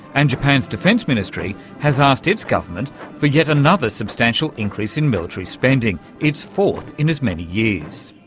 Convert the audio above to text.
and japan's defence ministry has asked its government for yet another substantial increase in military spending, its fourth in as many years.